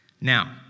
Now